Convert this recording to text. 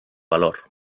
valor